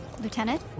lieutenant